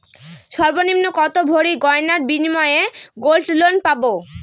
সর্বনিম্ন কত ভরি গয়নার বিনিময়ে গোল্ড লোন পাব?